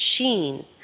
machine